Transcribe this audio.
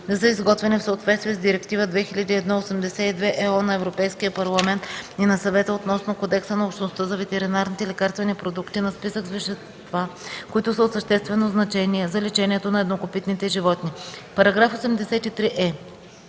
за изготвяне в съответствие с Директива 2001/82/ЕО на Европейския парламент и на Съвета относно кодекса на Общността за ветеринарните лекарствени продукти, на списък с вещества, които са от съществено значение за лечението на еднокопитните животни.” § 83е.